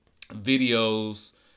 videos